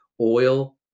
oil